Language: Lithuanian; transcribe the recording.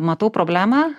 matau problemą